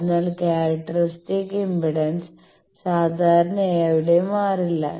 അതിനാൽ characteristic impedance സാധാരണയായി അവിടെ മാറില്ല